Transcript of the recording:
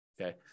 Okay